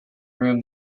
room